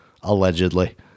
allegedly